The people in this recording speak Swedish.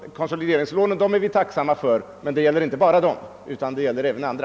— Konsolideringslånen är vi tacksamma för, men det gäller som sagt inte bara dem utan även andra.